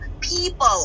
People